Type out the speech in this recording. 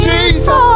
Jesus